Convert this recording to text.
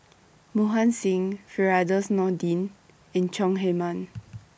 Mohan Singh Firdaus Nordin and Chong Heman